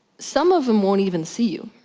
some of them won't even see you.